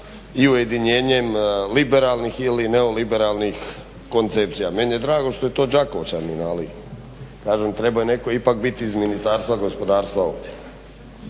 i ujedinjenjem liberalnih ili neoliberalnih koncepcija. Meni je drago što je to Đakovčanin, ali kažem treba netko ipak biti iz Ministarstva gospodarstva ovdje.